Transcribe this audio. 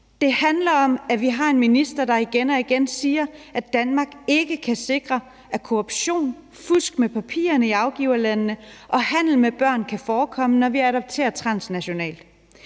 Det handler om, at vi har en minister, der igen og igen siger, at Danmark ikke kan sikre, at korruption, fusk med papirerne i afgiverlandene eller handel med børn kan forekomme, når vi adopterer transnationalt.